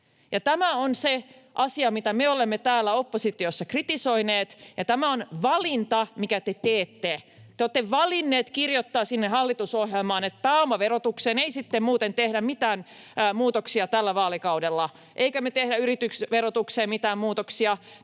Tämä on se asia, mitä me olemme täällä oppositiossa kritisoineet, ja tämä on valinta, minkä te teette. Te olette valinneet kirjoittaa sinne hallitusohjelmaan, että pääomaverotukseen ei sitten muuten tehdä mitään muutoksia tällä vaalikaudella eikä me tehdä yritysverotukseen mitään muutoksia.